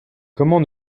comment